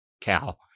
cow